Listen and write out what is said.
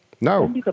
No